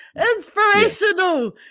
inspirational